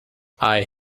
aye